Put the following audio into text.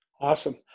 Awesome